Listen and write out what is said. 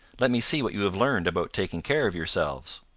let me see what you have learned about taking care of yourselves.